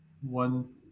One